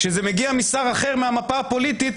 כשזה מגיע משר אחר במפה הפוליטית,